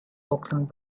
auckland